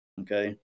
okay